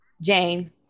Jane